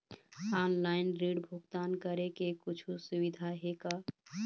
Online ऋण भुगतान करे के कुछू सुविधा हे का?